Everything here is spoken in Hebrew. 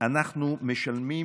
אנחנו גם משלמים